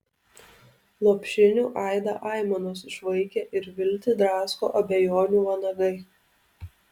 lopšinių aidą aimanos išvaikė ir viltį drasko abejonių vanagai